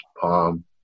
palm